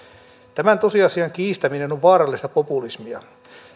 tämän tosiasian kiistäminen on on vaarallista populismia